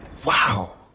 Wow